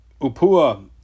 Upua